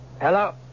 Hello